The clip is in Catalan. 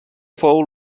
fou